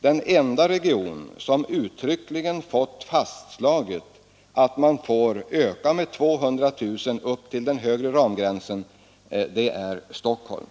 den enda region i vårt land som uttryckligen fått fastslaget att man får öka till den högre ramgränsen med 200 000 invånare.